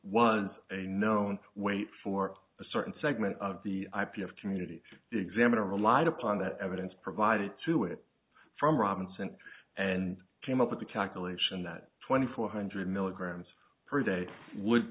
was a known weight for a certain segment of the ip of community examiner relied upon that evidence provided to it from robinson and came up with the calculation that twenty four hundred milligrams per day would